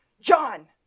John